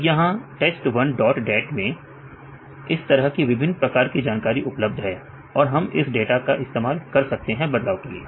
तो यहां test one dot dat मैं इस तरह की विभिन्न प्रकार की जानकारी उपलब्ध है और हम इस डाटा को इस्तेमाल कर सकते हैं बदलाव के लिए